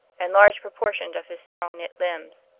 and large proportion of his strong knit limbes.